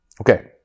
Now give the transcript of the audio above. Okay